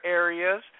areas